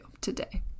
today